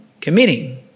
committing